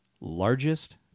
largest